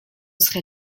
serais